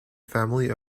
family